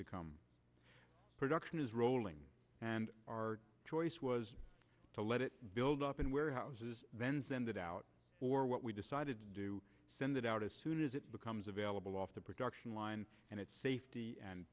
to come production is rolling and our choice was to let it build up in warehouses then send it out for what we decided to do send it out as soon as it becomes available off the production line and its safety and